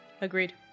Agreed